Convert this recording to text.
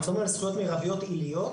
אנחנו מדברים על זכויות מרביות עיליות.